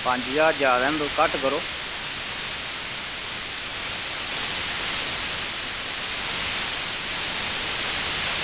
पंज ज्हार जादै न तुस घट्ट करो